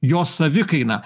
jos savikaina